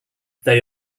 they